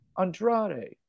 Andrade